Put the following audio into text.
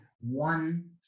one